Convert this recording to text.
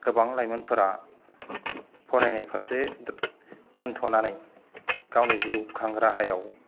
गोबां लाइमोनफोरा फरायनाय फारसे दो दोन्थ'नानै गावनि जिउखां राहायाव